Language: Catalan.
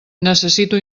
necessito